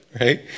right